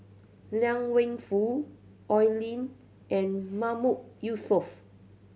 Liang Wenfu Oi Lin and Mahmood Yusof